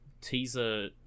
teaser